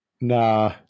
Nah